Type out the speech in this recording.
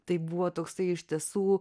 tai buvo toksai iš tiesų